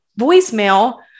voicemail